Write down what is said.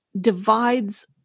divides